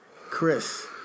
Chris